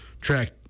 track